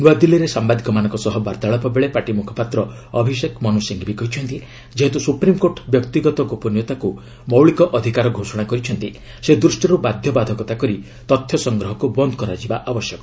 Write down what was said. ନୂଆଦିଲ୍ଲୀରେ ସାମ୍ଭାଦିକମାନଙ୍କ ସହ ବାର୍ତ୍ତାଳାପ ବେଳେ ପାର୍ଟି ମୁଖ୍ୟପାତ୍ର ଅଭିଷେକ ମନୁ ସିଂଘଭି କହିଛନ୍ତି ଯେହେତୁ ସୁପ୍ରିମ୍କୋର୍ଟ ବ୍ୟକ୍ତିଗତ ଗୋପନୀୟତାକୁ ମୌଳିକ ଅଧିକାର ଘୋଷଣା କରିଛନ୍ତି ସେ ଦୃଷ୍ଟିରୁ ବାଧବାଧକତା କରି ତଥ୍ୟ ସଂଗ୍ରହକୁ ବନ୍ଦ କରାଯିବା ଆବଶ୍ୟକ